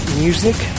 music